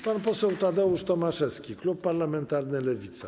Pan poseł Tadeusz Tomaszewski, klub parlamentarny Lewica.